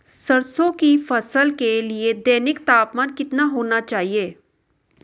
सरसों की फसल के लिए दैनिक तापमान कितना होना चाहिए?